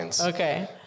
Okay